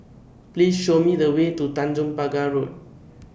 Please Show Me The Way to Tanjong Pagar Road